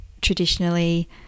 traditionally